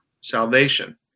salvation